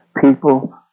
people